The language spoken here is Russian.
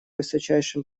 высочайшим